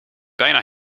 bijna